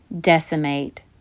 decimate